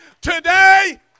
today